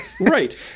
Right